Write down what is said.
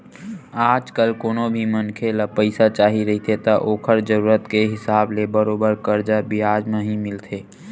आजकल कोनो भी मनखे ल पइसा चाही रहिथे त ओखर जरुरत के हिसाब ले बरोबर करजा बियाज म ही मिलथे